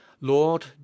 lord